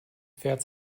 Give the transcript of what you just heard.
pferd